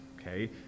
okay